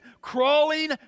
crawling